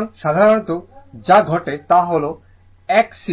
সুতরাং সাধারণত যা ঘটে তা হল Xc